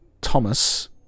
Thomas